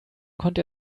konnte